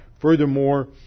Furthermore